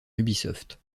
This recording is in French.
ubisoft